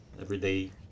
everyday